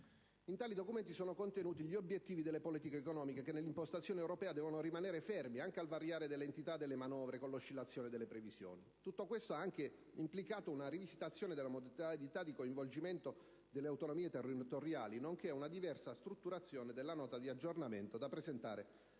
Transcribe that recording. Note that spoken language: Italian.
In tali documenti sono contenuti gli obiettivi delle politiche economiche che, nell'impostazione europea, devono rimanere fermi anche al variare dell'entità delle manovre con l'oscillazione delle previsioni. Tutto questo ha anche implicato una rivisitazione delle modalità di coinvolgimento delle autonomie territoriali, nonché una diversa strutturazione della Nota di aggiornamento, da presentare